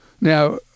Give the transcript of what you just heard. now